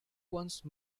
once